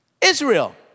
Israel